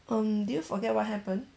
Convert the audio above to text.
um did you forget what happened